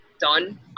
done